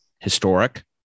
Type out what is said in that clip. historic